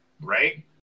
right